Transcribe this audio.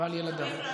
ועל ילדיו.